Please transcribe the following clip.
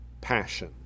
passion